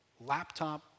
Laptop